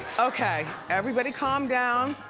okay, everybody calm down.